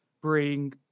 bring